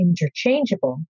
interchangeable